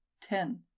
Ten